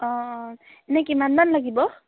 অঁ অঁ এনেই কিমানমান লাগিব